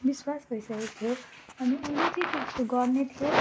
विश्वास भइसकेको थियो अनि उसले चाहिँ त्यस्तो गर्ने थिएन